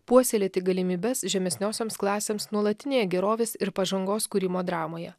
puoselėti galimybes žemesniosioms klasėms nuolatinėje gerovės ir pažangos kūrimo dramoje